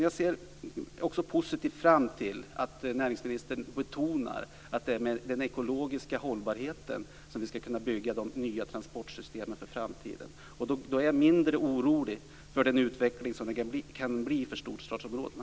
Jag ser dock positivt på att näringsministern betonar att det är med den ekologiska hållbarheten som vi skall kunna bygga de nya transportsystemen för framtiden. Då är jag mindre orolig för den utveckling som kan komma för storstadsområdena.